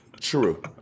true